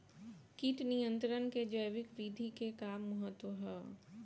कीट नियंत्रण क जैविक विधि क का महत्व ह?